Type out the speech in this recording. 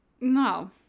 No